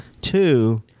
Two